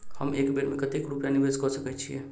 हम एक बेर मे कतेक रूपया निवेश कऽ सकैत छीयै?